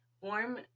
Warm